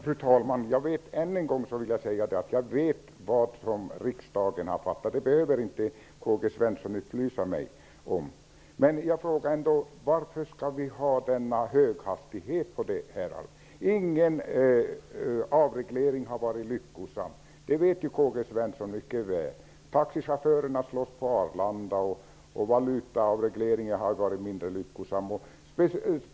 Fru talman! Ännu en gång vill jag säga att jag vet vilka beslut riksdagen har fattat. Det behöver inte K-G Svenson upplysa mig om. Jag vill ändå fråga varför vi skall ha en så hög hastighet på avregleringen. Ingen avreglering har varit lyckosam. Det vet K-G Svenson mycket väl. Taxichaufförerna slåss på Arlanda och valutaavregleringen har varit mindre lyckosam.